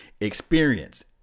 Experience